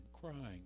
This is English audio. crying